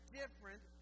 different